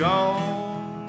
Gone